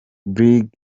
brig